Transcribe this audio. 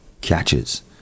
catches